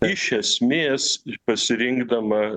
iš esmės pasirinkdama